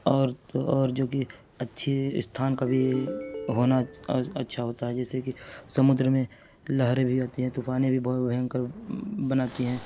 اور تو اور اور جوکہ اچھی استھان کا بھی ہونا اچھا ہوتا ہے جیسے کہ سمندر میں لہریں بھی آتی ہیں طوفان بھی بہت بھینکر بناتی ہیں